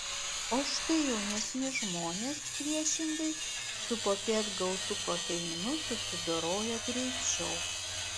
o štai jaunesni žmonės priešingai su popiet gautu kofeinu susidoroja greičiau